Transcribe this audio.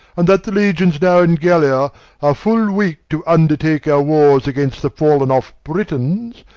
and that the legions now in gallia are full weak to undertake our wars against the fall'n-off britons,